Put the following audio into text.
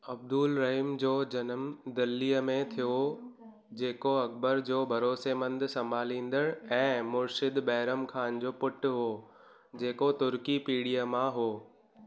अब्दुल रहीम जो जनमु दिल्लीअ में थियो जेको अकबर जो भरोसेमंद संभालींदड़ ऐं मुरशदि बैरम ख़ान जो पुटु हो जेको तुर्की पीढ़ीअ मां हो